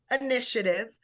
initiative